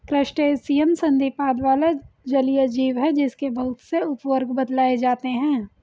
crustacean संधिपाद वाला जलीय जीव है जिसके बहुत से उपवर्ग बतलाए जाते हैं